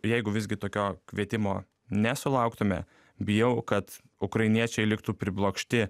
jeigu visgi tokio kvietimo nesulauktume bijau kad ukrainiečiai liktų priblokšti